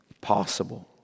possible